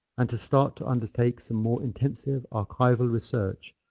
and to start to undertake some more intensive archival research,